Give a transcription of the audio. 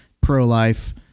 pro-life